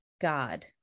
God